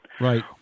Right